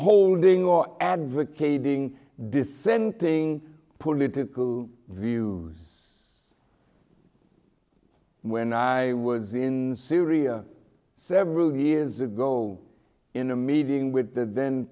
holding or advocating dissenting political views when i was in syria several years ago in a meeting with the then